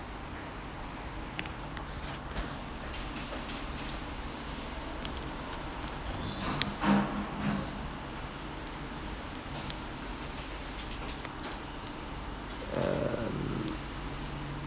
um